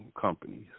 companies